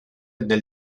del